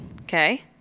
Okay